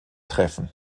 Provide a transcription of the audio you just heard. treffen